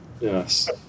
Yes